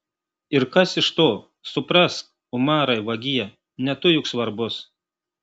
ir kas iš to suprask umarai vagie ne tu juk svarbus